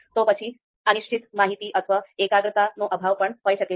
તે પછી અનિશ્ચિત માહિતી અથવા એકાગ્રતાનો અભાવ પણ હોય શકે છે